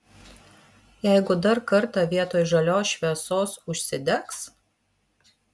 jeigu dar kartą vietoj žalios šviesos užsidegs